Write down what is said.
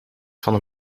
van